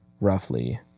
roughly